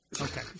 Okay